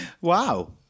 Wow